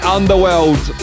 Underworld